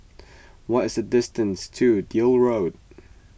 what is the distance to Deal Road